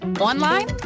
online